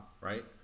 right